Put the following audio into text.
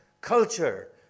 culture